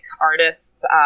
artists